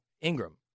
Ingram